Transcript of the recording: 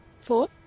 Four